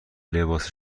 لباس